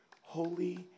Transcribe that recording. Holy